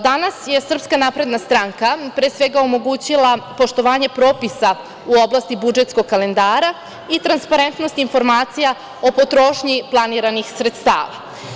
Danas je SNS pre svega omogućila poštovanje propisa u oblasti budžetskog kalendara i transparentnost informacija o potrošnji planiranih sredstava.